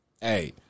hey